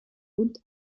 und